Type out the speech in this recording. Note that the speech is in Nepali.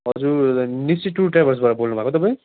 हजुर निस्सी टुर ट्र्याभल्सबाट बोल्नुभएको तपाईँ